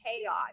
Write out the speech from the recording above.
chaos